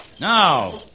Now